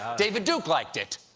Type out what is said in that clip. david duke liked it.